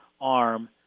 arm